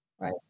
right